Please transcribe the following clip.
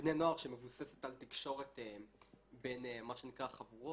בני נוער שמבוססת על תקשורת בין חבורות,